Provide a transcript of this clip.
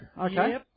Okay